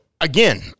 again